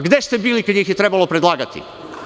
Gde ste bili kada ih je trebalo predlagati?